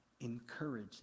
encourage